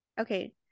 Okay